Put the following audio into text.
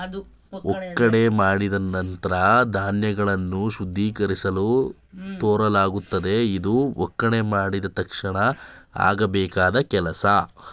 ಒಕ್ಕಣೆ ಮಾಡಿದ ನಂತ್ರ ಧಾನ್ಯಗಳನ್ನು ಶುದ್ಧೀಕರಿಸಲು ತೂರಲಾಗುತ್ತದೆ ಇದು ಒಕ್ಕಣೆ ಮಾಡಿದ ತಕ್ಷಣ ಆಗಬೇಕಾದ್ ಕೆಲ್ಸ